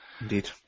Indeed